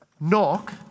Knock